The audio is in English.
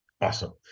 Awesome